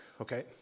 Okay